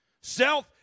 Self